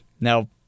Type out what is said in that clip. Now